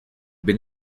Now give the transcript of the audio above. been